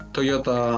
Toyota